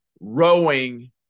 rowing